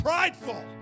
prideful